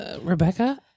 Rebecca